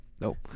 nope